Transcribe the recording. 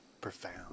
Profound